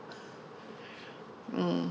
mm